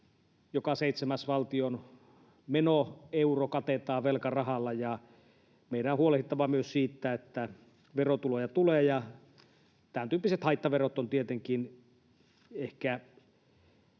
Joka seitsemäs valtion menoeuro katetaan velkarahalla, ja meidän on huolehdittava myös siitä, että verotuloja tulee, ja tämäntyyppiset haittaverot ovat tietenkin ehkä